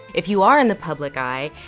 if you are in the public eye,